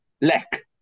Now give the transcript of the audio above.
lack